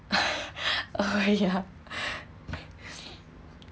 oh ya